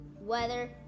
weather